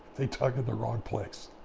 they dug in the wrong place.